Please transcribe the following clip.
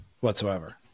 whatsoever